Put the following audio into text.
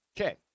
Okay